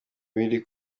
biri